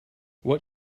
what